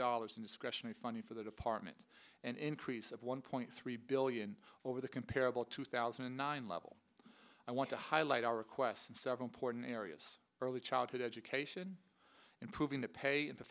dollars in discretionary funding for the department an increase of one point three billion over the comparable two thousand and nine level i want to highlight our requests and seven important areas early childhood education improving the pay in the